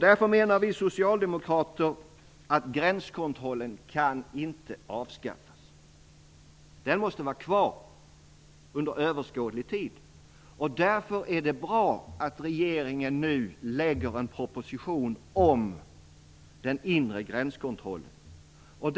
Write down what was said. Därför menar vi socialdemokrater att gränskontrollen inte kan avskaffas. Den måste vara kvar under överskådlig tid. Därför är det också bra att regeringen nu lägger fram en proposition om den inre gränskontrollen.